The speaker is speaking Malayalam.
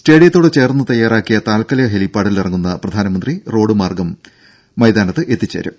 സ്റ്റേഡിയത്തോട് ചേർന്ന് തയാറാക്കിയ താൽക്കാലിക ഹെലിപ്പാഡിൽ ഇറങ്ങുന്ന പ്രധാനമന്ത്രി റോഡ് മാർഗം മൈതാനത്ത് എത്തിച്ചേരും